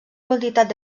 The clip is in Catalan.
quantitat